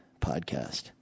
podcast